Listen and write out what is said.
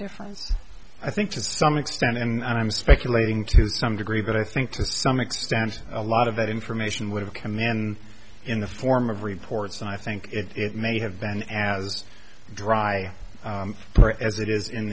difference i think to some extent and i'm speculating to some degree but i think to some extent a lot of that information would have command in the form of reports and i think it may have been as dry as it is in